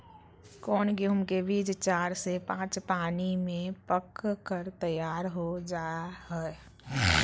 कौन गेंहू के बीज चार से पाँच पानी में पक कर तैयार हो जा हाय?